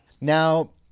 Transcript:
now